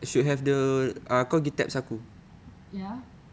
ya